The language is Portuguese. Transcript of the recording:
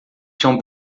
tinham